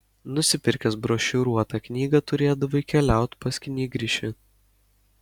nusipirkęs brošiūruotą knygą turėdavai keliaut pas knygrišį